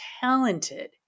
talented